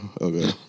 Okay